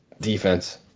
defense